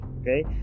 okay